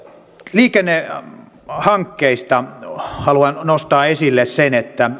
liikennehankkeista haluan nostaa esille sen että